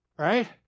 Right